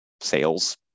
sales